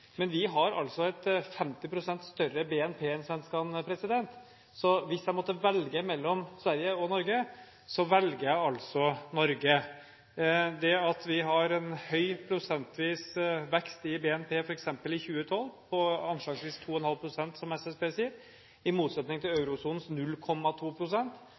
men vi har altså et 50 pst. større BNP enn svenskene, så hvis jeg måtte velge mellom Sverige og Norge, velger jeg Norge. Det at vi har en høy prosentvis vekst i BNP – f.eks. i 2012 på anslagsvis 2,5 pst., som SSB sier, i motsetning til